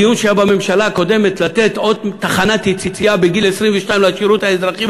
הדיון שהיה בממשלה הקודמת לתת עוד תחנת יציאה בגיל 22 לשירות האזרחי,